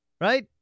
right